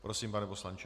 Prosím, pane poslanče.